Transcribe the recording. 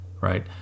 right